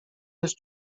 jest